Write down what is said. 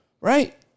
right